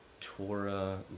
Torah